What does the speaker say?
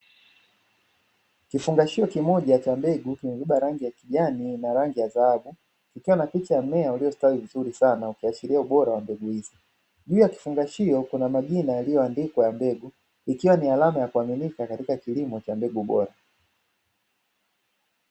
Kifungashio kimoja cha mbegu kibeba rangi ya kijani na rangi ya dhahabu, ikiwa na picha ya mmea uliostawi vizuri Sana ukiashiria ubora wa mbegu hizi. Juu ya kifungashio Kuna majina yaliyoandikwa ya mbegu, ikiwa ni alama ya kuaminika katika kilimo cha mbegu bora.